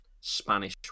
Spanish